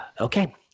okay